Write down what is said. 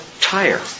tire